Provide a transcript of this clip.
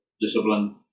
discipline